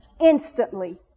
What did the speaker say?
instantly